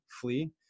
flee